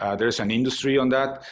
ah there's an industry on that.